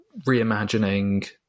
reimagining